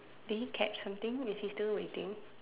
did he catch something is he still waiting